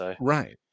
Right